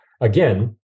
again